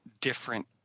different